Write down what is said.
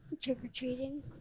trick-or-treating